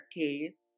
case